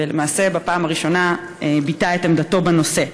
ולמעשה בפעם הראשונה ביטא את עמדתו בנושא.